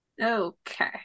Okay